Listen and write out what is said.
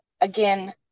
again